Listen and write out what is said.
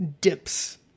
dips